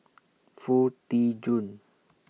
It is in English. Foo Tee Jun